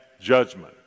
judgment